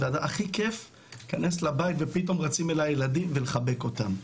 הכי כיף להיכנס לבית ופתאום רצים אליי ילדים ולחבק אותם.